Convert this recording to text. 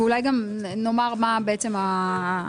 ואולי נאמר מה היה קודם.